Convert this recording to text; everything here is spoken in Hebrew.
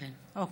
אוקיי.